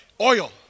oil